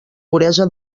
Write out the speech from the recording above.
puresa